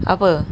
apa